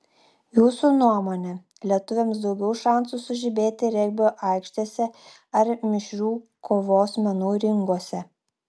jūsų nuomone lietuviams daugiau šansų sužibėti regbio aikštėse ar mišrių kovos menų ringuose